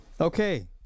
Okay